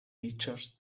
dichos